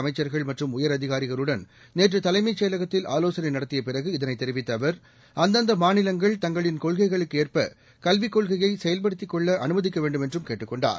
அமைச்சர்கள் மற்றும் உயரதிகாரிகளுடன் நேற்று தலைமைச் செயலகத்தில் ஆலோசனை நடத்திய பிறகு இதனை தெரிவித்த அவர் அந்தந்த மாநிலங்கள் தங்களின் கொள்கைளுக்கு ஏற்ப கல்விக் கொள்கையை செயல்படுத்திக் கொள்ள அனுமதிக்க வேண்டுமென்றும் கேட்டுக் கொண்டார்